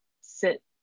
sit